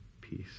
peace